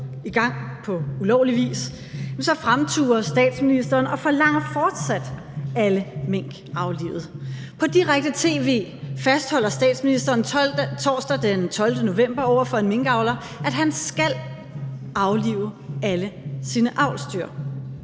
i gang på ulovlig vis, så fremturede statsministeren og forlanger fortsat alle mink aflivet. På direkte tv fastholder statsministeren torsdag den 12. november over for en minkavler, at han skal aflive alle sine avlsdyr.